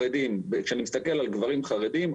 כשאני מסתכל על גברים חרדים,